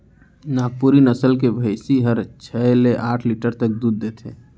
नागपुरी नसल के भईंसी हर छै ले आठ लीटर तक दूद देथे